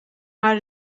maar